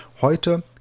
Heute